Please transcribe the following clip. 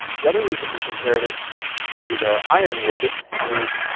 the other reason we compared it to the ironwood is